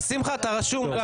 שמחה, אתה רשום גם.